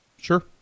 Sure